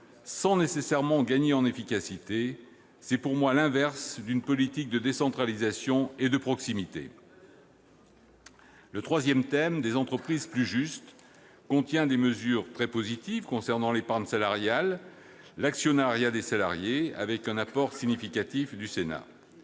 sans nécessairement gagner en efficacité. À mon sens, c'est tout l'inverse d'une politique de décentralisation et de proximité. Le troisième thème de ce texte, « Des entreprises plus justes », contient des mesures très positives concernant l'épargne salariale et l'actionnariat des salariés avec un apport significatif du Sénat.